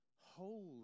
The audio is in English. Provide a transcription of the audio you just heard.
Holy